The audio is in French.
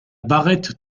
barrette